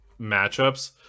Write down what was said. matchups